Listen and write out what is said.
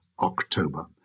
October